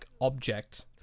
object